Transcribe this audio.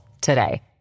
today